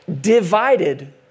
divided